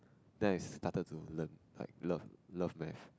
then I started to learn like love love math